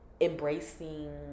embracing